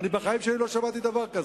בחיים שלי לא שמעתי דבר כזה.